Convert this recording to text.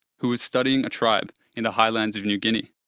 who was studying a tribe in the highlands of new guinea.